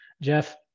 Jeff